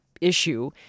issue